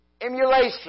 emulation